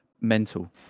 Mental